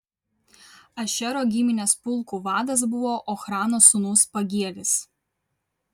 ašero giminės pulkų vadas buvo ochrano sūnus pagielis